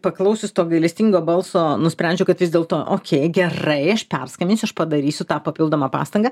paklausius to gailestingo balso nusprendžiu kad vis dėlto okei gerai aš perskambinsiu aš padarysiu tą papildomą pastangą